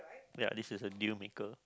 ya this is a deal maker